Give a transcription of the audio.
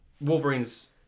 Wolverine's